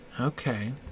Okay